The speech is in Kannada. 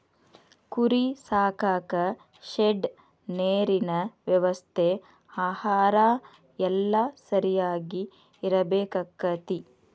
ಕುರಿ ಸಾಕಾಕ ಶೆಡ್ ನೇರಿನ ವ್ಯವಸ್ಥೆ ಆಹಾರಾ ಎಲ್ಲಾ ಸರಿಯಾಗಿ ಇರಬೇಕಕ್ಕತಿ